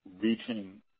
reaching